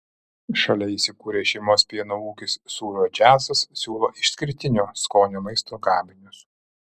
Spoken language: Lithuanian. šalia įsikūrę šeimos pieno ūkis sūrio džiazas siūlo išskirtinio skonio maisto gaminius